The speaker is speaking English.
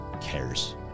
cares